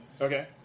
Okay